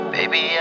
Baby